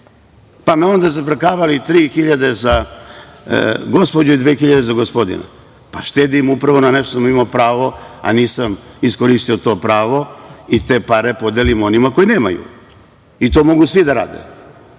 Pa me onda zafrkavali – tri hiljade za gospođe, dve hiljade za gospodina. Štedim upravo na nečemu što sam imao pravo a nisam iskoristio to pravo i te pare podelim onima koji nemaju. I to mogu svi da